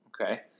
Okay